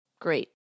Great